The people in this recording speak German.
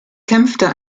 kämpfte